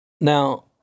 Now